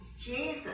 Jesus